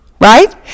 right